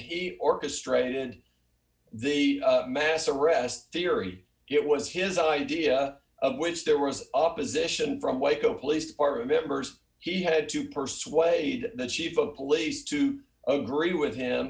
he orchestrated and the mass arrests theory it was his idea of which there was opposition from waco police department members he had to persuade the chief of police to agree with him